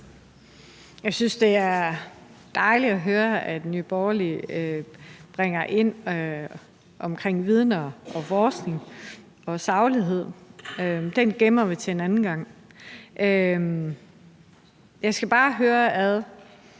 Jeg synes, det er dejligt at høre, at Nye Borgerlige bringer det ind omkring viden og forskning og saglighed. Den gemmer vi til en anden gang. Jeg skal bare høre, om